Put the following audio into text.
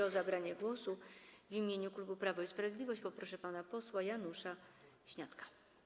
O zabranie głosu w imieniu klubu Prawo i Sprawiedliwość poproszę pana posła Janusza Śniadka.